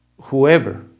whoever